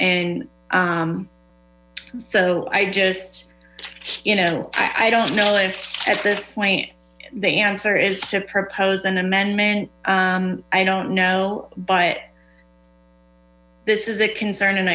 and so i just you know i don't know if at this point the answer is to propose an amendment i don't know but this is a concern and